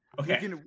okay